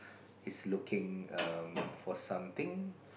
is looking um for something